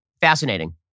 fascinating